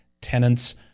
tenants